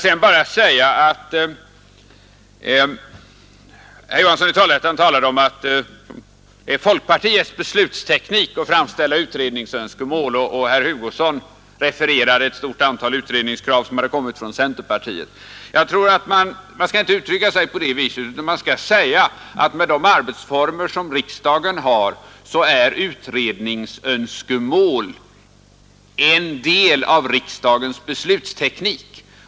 Sedan talade herr Johansson i Trollhättan om folkpartiets beslutsteknik och framställda utredningsönskemål, och herr Hugosson refererade ett stort antal utredningskrav som kommit från centerpartiet. Jag tror emellertid inte att man skall uttrycka det på det viset, utan man skall i stället säga att med de arbetsformer som riksdagen har är utredningsönskemål en del av riksdagens beslutsteknik.